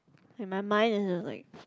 in my mind it was like